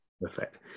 perfect